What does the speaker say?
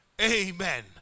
Amen